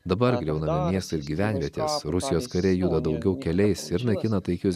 dabar griaunami miestai ir gyvenvietės rusijos kariai juda daugiau keliais ir naikina taikius